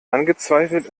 angezweifelt